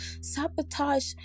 sabotage